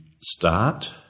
start